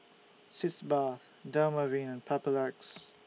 Sitz Bath Dermaveen and Papulex